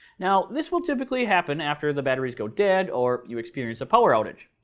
now, this will typically happen after the batteries go dead or you experience a power outage.